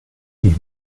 ihm